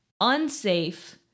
unsafe